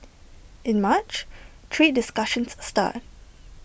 in March trade discussions start